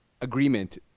agreement